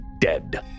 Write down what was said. dead